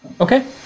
okay